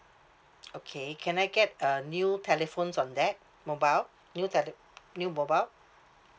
okay can I get a new telephones on that mobile new tele~ new mobile